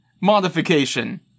Modification